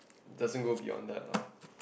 doesn't go beyond that lah